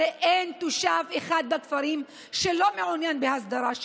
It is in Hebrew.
הרי אין תושב אחד בכפרים שלא מעונין בהסדרה,